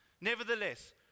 nevertheless